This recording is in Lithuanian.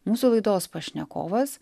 mūsų laidos pašnekovas